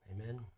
amen